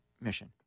mission